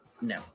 No